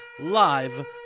live